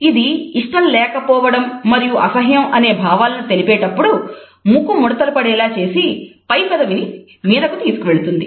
ఇది ఇష్టం లేకపోవడం మరియు అసహ్యం అనే భావాలను తెలిపేటప్పుడు ముక్కు ముడతలు పడేలా చేసి పై పెదవిని మీదకి తీసుకువెళుతుంది